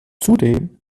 zudem